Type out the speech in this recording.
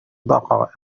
دقائق